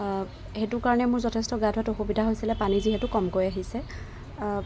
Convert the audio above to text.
সেইটোৰ কাৰণে মোৰ গা ধোৱাত যথেষ্ট অসুবিধা হৈছিল পানী যিহেতু কমকৈ আহিছে